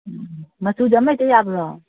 ꯎꯝ ꯃꯆꯨꯁꯦ ꯑꯃꯍꯦꯛꯇ ꯌꯥꯕ꯭ꯔꯣ